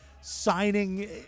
signing